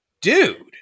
dude